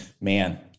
man